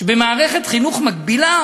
שבמערכת חינוך מקבילה